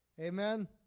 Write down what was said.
Amen